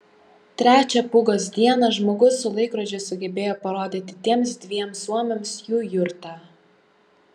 trečią pūgos dieną žmogus su laikrodžiu sugebėjo parodyti tiems dviem suomiams jų jurtą